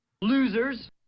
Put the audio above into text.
Losers